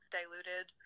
diluted